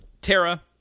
Tara